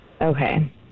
Okay